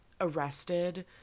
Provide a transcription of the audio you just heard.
arrested